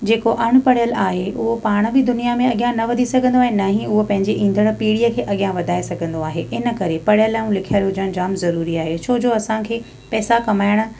जेको अणपढ़ियल आहे उहो पाण बि दुनिया में अॻियां न वधी सघंदो आहे न ई हूअ पंहिंजी ईंदड़ पीढ़ीअ खे अॻियां वधाए सघंदो आहे इन करे पढ़ियलु ऐं लिखियलु जाम ज़रुरी आहे छोजो असांखे पैसा कमाइणु